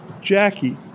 Jackie